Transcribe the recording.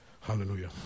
Hallelujah